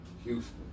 Houston